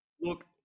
Look